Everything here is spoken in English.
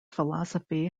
philosophy